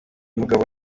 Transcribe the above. mugabo